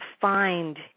find